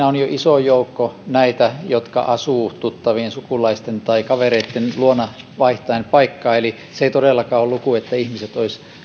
on jo iso joukko näitä jotka asuvat tuttavien sukulaisten tai kavereitten luona vaihtaen paikkaa eli se ei todellakaan ole luku ihmisistä jotka olisivat